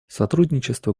сотрудничество